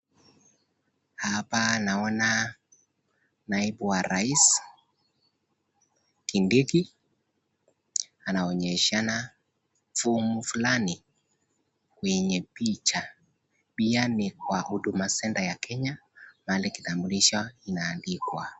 Hapa naona naibu wa rais, Kindiki anaonyeshana fomu fulani kwenye picha. Pia ni kwa Huduma Centre mahali kitambulisho inaandikwa.